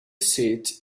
seat